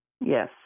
Yes